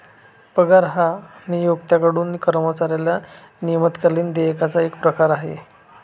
पगार हा नियोक्त्याकडून कर्मचाऱ्याला नियतकालिक देयकाचा एक प्रकार आहे